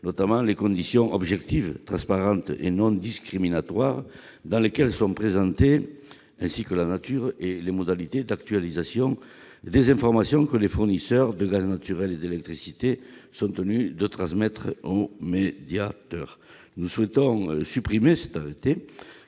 notamment les conditions objectives, transparentes et non discriminatoires dans lesquelles sont présentées les offres ainsi que la nature et les modalités d'actualisation des informations que les fournisseurs de gaz naturel et d'électricité sont tenus de transmettre au médiateur ». Nous souhaitons supprimer ce renvoi